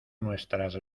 nuestras